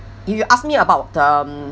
you you ask me about um